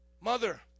Mother